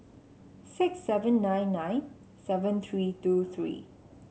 six seven nine nine seven three two three